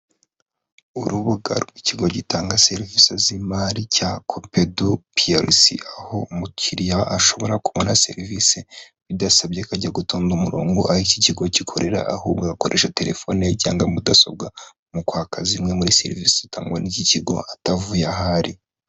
Urubuga rw'ikigo gitanga serivise z'imari, cya COPEDU PLC, aho umukiriya ashobora kubona serivisi, bidasabye kujya gutonda umurongo, aho iki kigo gikorera, ahubwo akoresha telefone ye cyangwa mudasobwa, mu kwaka zimwe muri serivise zitangwa n'iki kigo, atavuye aho ari.